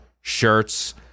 shirts